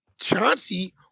Chauncey